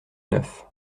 neuf